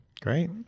Great